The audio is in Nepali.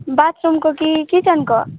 बाथरुमको कि किचनको